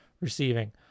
receiving